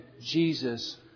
Jesus